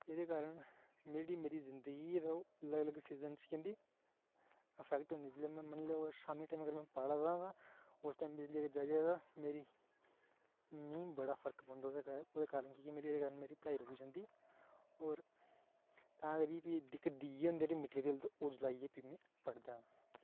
और ओह्दे कारण जेह्ड़ी मेरी जिंदगी ऐ ओह् अलग अलग सीजन च केह् होंदी इफैक्ट होंदी मन्नी लैओ शामी टैम अगर में पढ़ा दा तां उस टैम बिजली अगर चली जा तां मिगी बड़ा फर्क पौंदा ओह्दे कारण की के ओह्दे कारण मेरी पढ़ाई रुकी जंदी और तां करी फ्ही जेह्के दीए होंदे निं मिट्टी दे तेल दे ओह् चलाइयै फ्ही पढ़दा आं